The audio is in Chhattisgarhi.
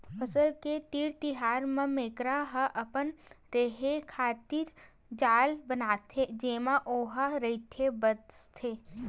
फसल के तीर तिखार म मेकरा ह अपन रेहे खातिर जाल बनाथे जेमा ओहा रहिथे बसथे